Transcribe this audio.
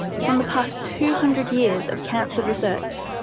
from the past two hundred years of cancer research,